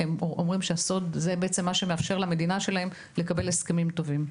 כי הם אומרים שזה בעצם מה שמאפשר למדינה שלהם לקבל הסכמים טובים.